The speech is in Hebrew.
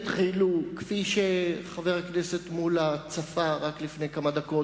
כפי שחבר הכנסת מולה צפה רק לפני כמה דקות.